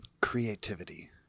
creativity